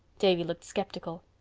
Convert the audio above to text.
davy looked sceptical.